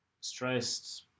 stressed